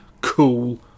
cool